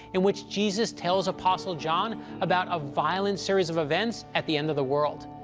in which jesus tells apostle john about a violent series of events at the end of the world.